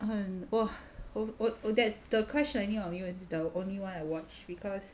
很 !whoa! 我我我 that the crash landing on me was the only one I watch because